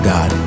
God